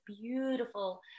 beautiful